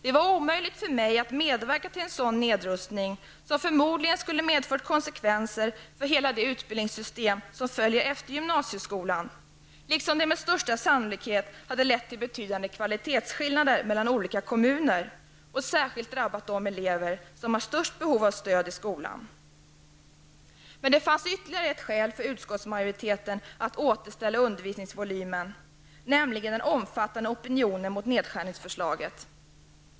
Det var omöjligt för mig att medverka till en sådan nedrustning som förmodligen skulle ha medfört konsekvenser för hela det utbildningssystem som följer efter gymnasieskolan, liksom det med största sannolikhet hade lett till betydande kvalitetsskillnader mellan olika kommuner och särskilt drabbat de elever som har störst behov av stöd i skolan. Men det fanns ytterligare ett skäl för utskottsmajoriteten att återställa undervisningsvolymen, nämligen den omfattande opinionen emot nedskärningsförslaget.